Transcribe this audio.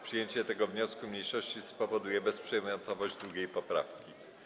Przyjęcie tego wniosku mniejszości spowoduje bezprzedmiotowość 2. poprawki.